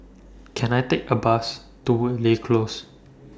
Can I Take A Bus to Woodleigh Close